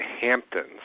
Hamptons